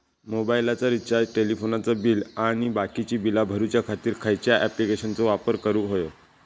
मोबाईलाचा रिचार्ज टेलिफोनाचा बिल आणि बाकीची बिला भरूच्या खातीर खयच्या ॲप्लिकेशनाचो वापर करूक होयो?